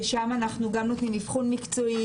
שם אנחנו גם נותנים אבחון מקצועי,